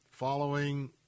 following